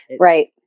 Right